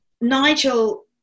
Nigel